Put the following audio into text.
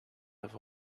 i’ve